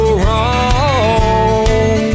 wrong